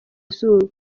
izuba